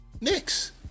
Knicks